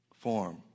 form